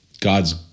God's